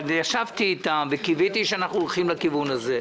אבל ישבתי איתם וקיוויתי שאנחנו הולכים לכיוון הזה.